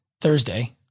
Thursday